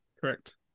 Correct